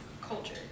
culture